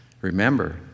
Remember